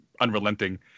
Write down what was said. unrelenting